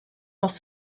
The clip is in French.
dans